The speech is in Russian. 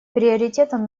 приоритетом